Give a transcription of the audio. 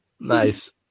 Nice